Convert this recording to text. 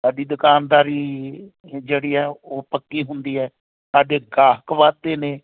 ਸਾਡੀ ਦੁਕਾਨਦਾਰੀ ਜਿਹੜੀ ਹੈ ਉਹ ਪੱਕੀ ਹੁੰਦੀ ਹੈ ਸਾਡੇ ਗਾਹਕ ਵੱਧਦੇ ਨੇ